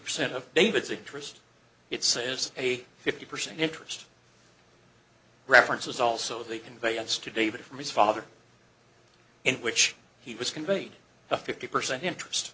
percent of david's interest it says a fifty percent interest reference was also the conveyance to david from his father in which he was conveyed the fifty percent interest